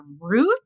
root